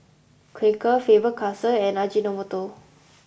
Quaker Faber Castell and Ajinomoto